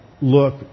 look